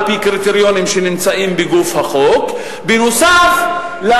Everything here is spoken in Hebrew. על-פי קריטריונים שנמצאים בגוף החוק נוסף על